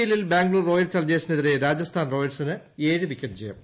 I P എല്ലിൽ Bangalore Royal ചലഞ്ചേഴ്സിനെതിരിരെ രാജസ്ഥാൻ റോയൽസിന് ഏഴ് വിക്കറ്റ് ജയം